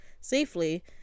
safely